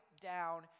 down